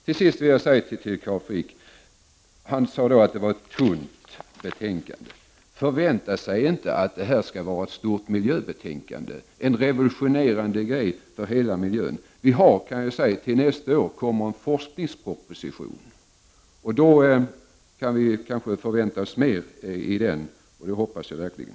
Till sist vill jag säga till Carl Frick, som ansåg att det var ett tunt betänkande, att han inte nu kan förvänta sig ett stort miljöbetänkande, som är revolutionerande för hela miljön. Nästa år kommer det en forskningsproposition, och då kan vi förvänta oss mer — det hoppas jag verkligen.